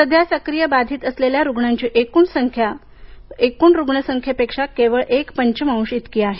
सध्या सक्रिय बाधित असलेल्या रुग्णांची संख्या एकूण रुग्ण संख्येपेक्षा केवळ एक पंचमाश इतकी आहे